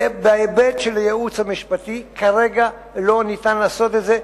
בהיבט של הייעוץ המשפטי: כרגע לא ניתן לעשות את זה,